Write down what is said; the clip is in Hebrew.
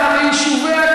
אזרחים שווי זכויות,